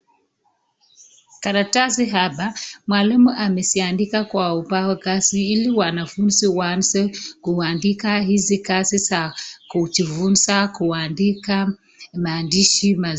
Karatasi hapa, mwalimu ameziandika kwa ubao kazi ili wanafunzi waanze kuandika hizi kazi za kujifunza kuandika, maandishi mazuri.